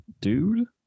Dude